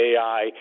AI